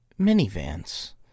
Minivans